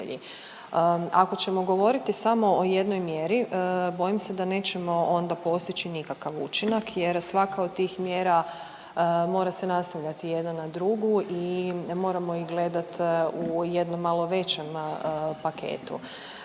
Ako ćemo govoriti samo o jednoj mjeri, bojim se da nećemo onda postići nikakav učinak jer svaka od tih mjera, mora se nastavljati jedna na drugu i moramo ih gledat u jednom malo većem paketu.